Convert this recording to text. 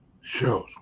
shows